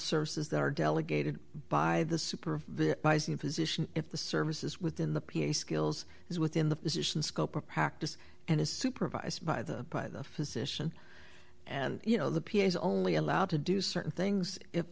services that are delegated by the super position if the services within the p a skills is within the physician's scope of practice and is supervised by the by the physician and you know the p a is only allowed to do certain things if